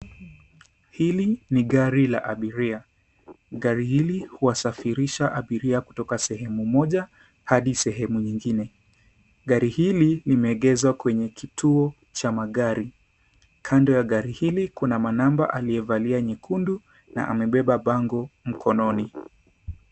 Hili ni gari la abiria gari hili huwasafirisha abiria kutoka sehemu moja hadisehemu nyingine gari hili limeegezwa kwenye kituo cha magari kando ya gari hili kuna manaba aliyevalia nyekundu na amebeba bango mkononi.